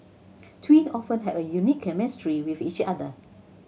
twins often have a unique chemistry with each other